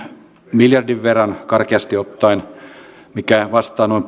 miljardin verran karkeasti ottaen mikä vastaa noin